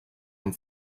amb